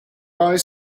eyes